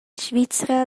svizra